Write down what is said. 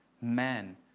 man